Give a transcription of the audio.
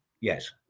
Yes